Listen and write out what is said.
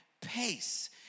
pace